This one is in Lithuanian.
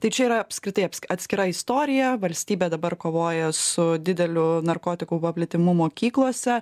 tai čia yra apskritai aps atskira istorija valstybė dabar kovoja su dideliu narkotikų plitimu mokyklose